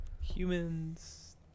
Humans